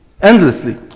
Endlessly